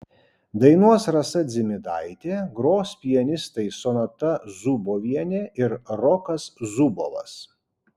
dainuos rasa dzimidaitė gros pianistai sonata zubovienė ir rokas zubovas